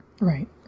Right